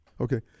Okay